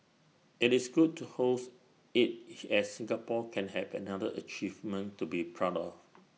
IT is good to host IT as Singapore can have another achievement to be proud of